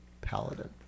paladin